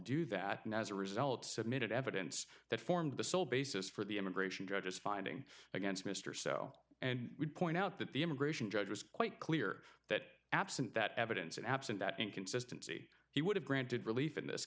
do that and as a result submitted evidence that formed the sole basis for the immigration judges finding against mr so and would point out that the immigration judge was quite clear that absent that evidence and absent that inconsistency he would have granted relief in this